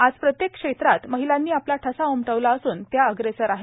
आज प्रत्येक क्षेत्रात महिलांनी आपला ठसा उमटविला असून त्या अग्रेसर आहे